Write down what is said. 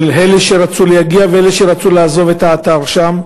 לאלה שרצו להגיע ואלה שרצו לעזוב את האתר שם.